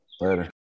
Later